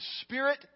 spirit